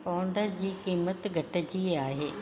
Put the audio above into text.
pond जी क़ीमत घटिजी आहे